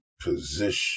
position